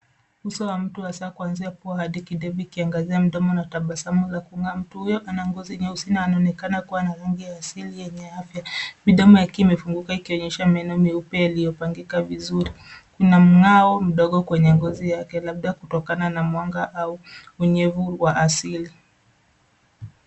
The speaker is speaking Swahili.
Uso wa mtu hasa kuanzia pua hadi kidevu ikiangazia mdomo na tabasamu za kung'aa. Mtu huyo ana ngozi nyeusi na anaonekana kuwa na rangi ya asili yenye afya midomo yakiwa yamefunguka yakionyesha meno meupe yaliyopangika vizuri. Kuna mng'ao mdogo kwenye ngozi yake labda kutokana na mwanga au unyevu wa asili.